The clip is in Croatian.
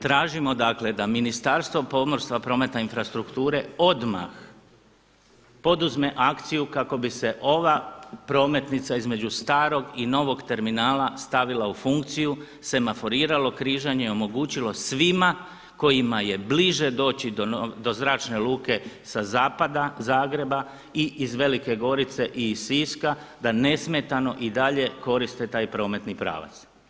Tražimo dakle da Ministarstvo pomorstva, prometa i infrastrukture odmah poduzme akciju kako bi se ova prometnica između starog i novog terminal stavila u funkciju, semaforiralo križanje i omogućilo svima kojima je bliže dođi do zračne luke sa zapada Zagreba i iz Velike Gorice i iz Siska da nesmetano i dalje koriste taj prometni pravac.